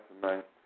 tonight